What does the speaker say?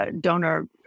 donor